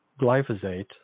glyphosate